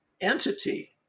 entity